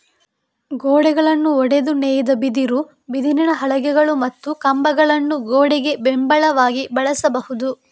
ಗೋಡೆಗಳನ್ನು ಒಡೆದು ನೇಯ್ದ ಬಿದಿರು, ಬಿದಿರಿನ ಹಲಗೆಗಳು ಮತ್ತು ಕಂಬಗಳನ್ನು ಗೋಡೆಗೆ ಬೆಂಬಲವಾಗಿ ಬಳಸಬಹುದು